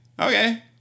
okay